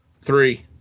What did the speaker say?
Three